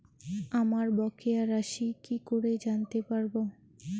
আমার বকেয়া রাশি কি করে জানতে পারবো?